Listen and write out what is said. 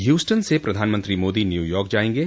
Houston से प्रधानमंत्री Modi New York जाएंगे